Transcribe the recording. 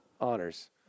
Honors